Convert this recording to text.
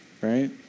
right